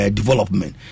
development